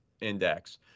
index